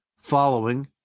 following